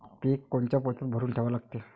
पीक कोनच्या पोत्यात भरून ठेवा लागते?